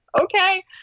okay